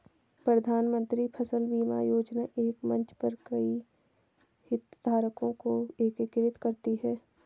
प्रधानमंत्री फसल बीमा योजना एक मंच पर कई हितधारकों को एकीकृत करती है